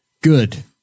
Good